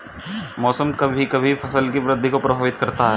मौसम कभी कभी फसल की वृद्धि को प्रभावित करता है